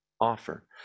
offer